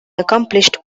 accomplished